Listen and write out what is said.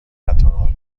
قطارها